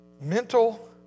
mental